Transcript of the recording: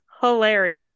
hilarious